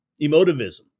emotivism